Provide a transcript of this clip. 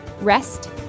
Rest